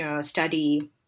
study